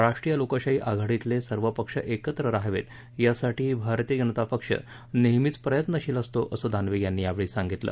राष्ट्रीय लोकशाही आघाडीतले सर्व पक्ष एकत्र राहावेत यासाठी भारतीय जनता पक्ष नेहमीच प्रयत्नशील असतो असं दानवे यांनी सांगितलं